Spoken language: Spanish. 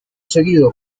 seguido